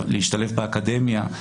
להשתלב באקדמיה,